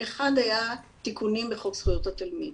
אחד היה תיקונים בחוק זכויות התלמיד.